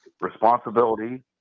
responsibility